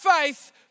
faith